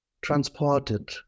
transported